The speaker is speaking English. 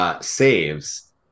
saves